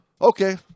okay